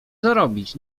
zarobić